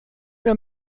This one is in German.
mehr